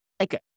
Okay